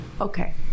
okay